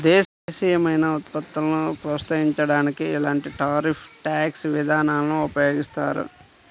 దేశీయమైన ఉత్పత్తులను ప్రోత్సహించడానికి ఇలాంటి టారిఫ్ ట్యాక్స్ విధానాలను ఉపయోగిస్తారు